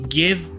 give